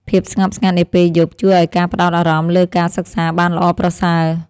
ភាពស្ងប់ស្ងាត់នាពេលយប់ ជួយឱ្យការផ្តោតអារម្មណ៍លើការសិក្សាបានល្អប្រសើរ។